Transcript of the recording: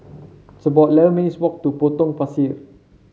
it's about eleven minutes' walk to Potong Pasir